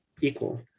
equal